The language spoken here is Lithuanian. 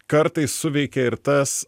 kartais suveikia ir tas